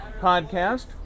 podcast